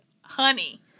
honey